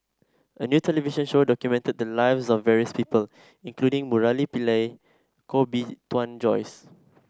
a new television show documented the lives of various people including Murali Pillai Koh Bee Tuan Joyce